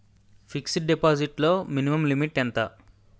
Fixed deposit లో minimum limit ఎంత?